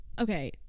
okay